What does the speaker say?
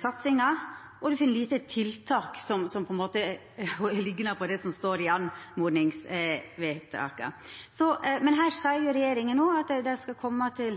satsingar, og me finn lite av tiltak som liknar på det som står i oppmodingsvedtaka. Men òg her seier regjeringa at ein skal koma tilbake til